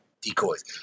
decoys